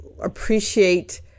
appreciate